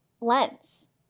lens